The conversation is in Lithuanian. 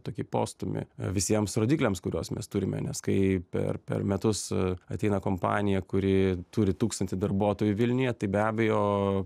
tokį postūmį visiems rodikliams kuriuos mes turime nes kai per per metus ateina kompanija kuri turi tūkstantį darbuotojų vilniuje tai be abejo